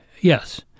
Yes